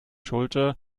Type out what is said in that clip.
schulte